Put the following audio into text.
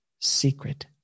secret